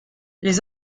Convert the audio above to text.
les